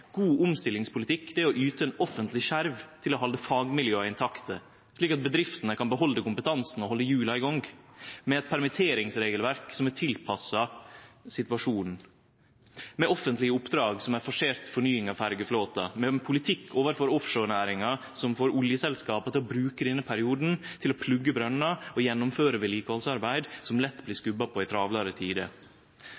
God omstillingspolitikk er å yte ein offentleg skjerv til å halde fagmiljøa intakte, slik at bedriftene kan behalde kompetansen og halde hjula i gang med eit permitteringsregelverk som er tilpassa situasjonen, med offentlege oppdrag som ei forsert fornying av ferjeflåten, og med ein politikk overfor offshorenæringa som får oljeselskapa til å bruke denne perioden til å plugge brønnar og gjennomføre vedlikehaldsarbeid som lett blir